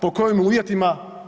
Po kojim uvjetima?